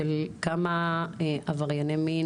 כמה עברייני מין